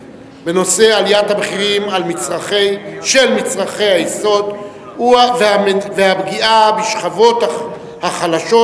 בנושא: עליית המחירים של מצרכי היסוד והפגיעה בשכבות החלשות,